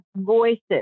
voices